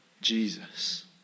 Jesus